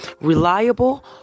Reliable